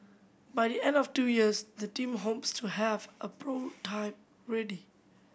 by the end of two years the team hopes to have a ready